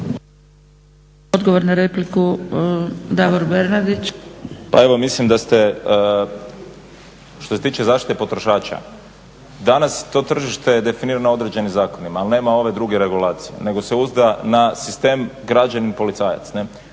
**Bernardić, Davor (SDP)** Pa evo mislim da ste što se tiče zaštite potrošača, danas je to tržište definirano određenim zakonima ali nema ove ddruge regulacije nego se uzda na sistem građanin-policajac